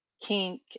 Kink